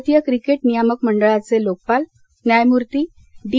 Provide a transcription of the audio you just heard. भारतीय क्रिकेट नियामक मंडळाचे लोकपाल न्यायमूर्ती डी